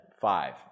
five